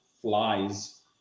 flies